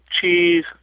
cheese